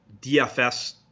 DFS